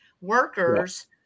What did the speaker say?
workers